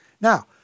Now